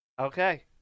Okay